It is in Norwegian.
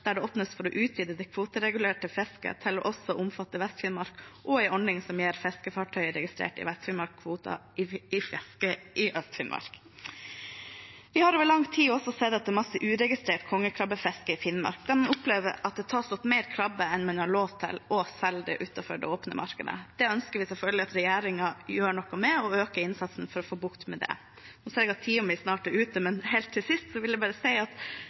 der det åpnes for å utvide det kvoteregulerte fisket til også å omfatte Vest-Finnmark, og en ordning som gir fiskefartøy registrert i Vest-Finnmark kvoter i fisket i Øst-Finnmark. Vi har over lang tid også sett at det er mye uregistrert kongekrabbefiske i Finnmark, der man opplever at det tas opp mer krabbe enn man har lov til, og at det selges utenfor det åpne markedet. Det ønsker vi selvfølgelig at regjeringen gjør noe med, at man øker innsatsen for å få bukt med det. Nå ser jeg at tiden min snart er ute, men helt til sist vil jeg bare si at